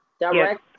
Direct